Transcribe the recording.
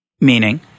Meaning